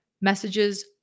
Messages